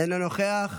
אינו נוכח,